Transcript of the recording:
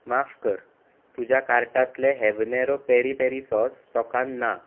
माफ कर तुज्या कार्टांतलें हॅबनेरो पेरी पेरी सॉस स्टॉकांत ना